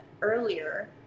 earlier